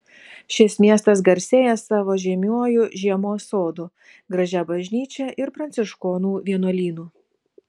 šis miestas garsėja savo žymiuoju žiemos sodu gražia bažnyčia ir pranciškonų vienuolynu